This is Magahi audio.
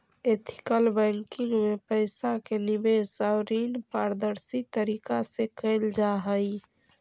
एथिकल बैंकिंग में पइसा के निवेश आउ ऋण पारदर्शी तरीका से कैल जा हइ